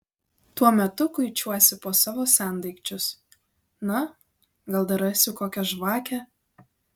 tuo metu kuičiuosi po savo sendaikčius na gal dar rasiu kokią žvakę